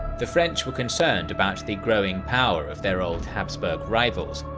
the french were concerned about the growing power of their old habsburg rivals,